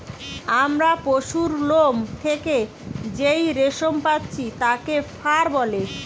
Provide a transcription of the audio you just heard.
আমরা পশুর লোম থেকে যেই রেশম পাচ্ছি তাকে ফার বলে